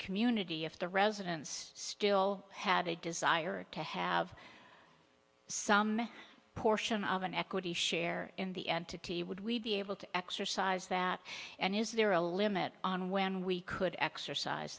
community if the residents still had a desire to have some portion of an equity share in the entity would we be able to exercise that and is there a limit on when we could exercise